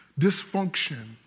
Dysfunction